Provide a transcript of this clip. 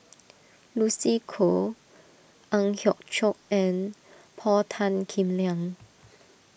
Lucy Koh Ang Hiong Chiok and Paul Tan Kim Liang